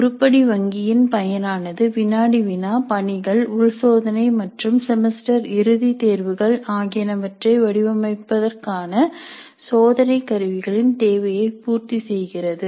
உருப்படி வங்கியின் பயன் ஆனது வினாடி வினா பணிகள் உள் சோதனை மற்றும் செமஸ்டர் இறுதி தேர்வுகள் ஆகியனவற்றை வடிவமைப்பதற்கான சோதனை கருவிகளின் தேவையை பூர்த்தி செய்கிறது